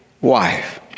wife